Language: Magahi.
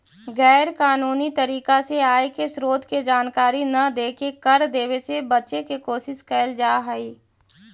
गैर कानूनी तरीका से आय के स्रोत के जानकारी न देके कर देवे से बचे के कोशिश कैल जा हई